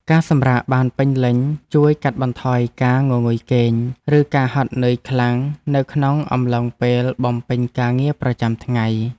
ការសម្រាកបានពេញលេញជួយកាត់បន្ថយការងងុយគេង ឬការហត់នឿយខ្លាំងនៅក្នុងអំឡុងពេលបំពេញការងារប្រចាំថ្ងៃ។